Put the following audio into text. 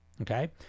Okay